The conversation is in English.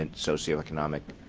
and socioeconomic